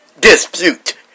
Dispute